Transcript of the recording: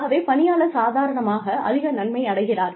ஆகவே பணியாளர் சாதாரணமாக அதிக நன்மை அடைகிறார்